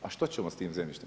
A što ćemo s tim zemljištem?